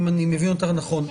אם אני מבין אותה נכון,